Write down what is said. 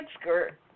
skirt